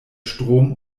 strom